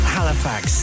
Halifax